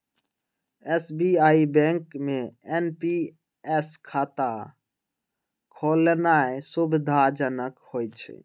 SBI bank में NPS खता खोलेनाइ सुविधाजनक होइ छइ